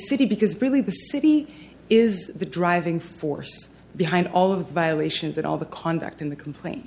city because really the city is the driving force behind all of the violations and all the conduct in the complaint